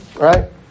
right